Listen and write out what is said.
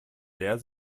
leer